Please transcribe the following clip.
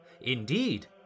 Indeed